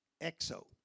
Exo